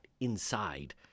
inside